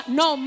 no